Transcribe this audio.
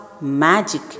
magic